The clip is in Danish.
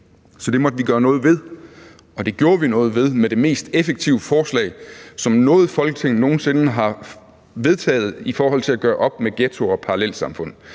Så det måtte vi gøre noget ved, og det gjorde vi noget ved, med det mest effektive forslag, som noget Folketing nogen sinde har vedtaget i forhold til at gøre op mod ghettoer og parallelsamfund.